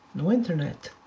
no internet.